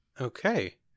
Okay